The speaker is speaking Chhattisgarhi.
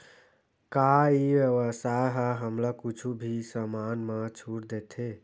का ई व्यवसाय ह हमला कुछु भी समान मा छुट देथे?